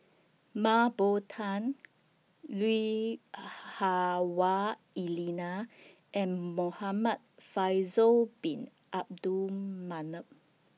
Mah Bow Tan Lui Hah Wah Elena and Muhamad Faisal Bin Abdul Manap